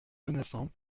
menaçant